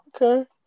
okay